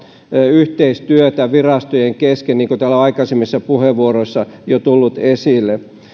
yhteistyötä virastojen kesken niin kuin täällä on aikaisemmissa puheenvuoroissa jo tullut esille